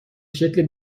شکل